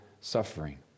suffering